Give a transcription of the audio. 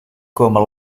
komen